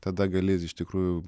tada gali iš tikrųjų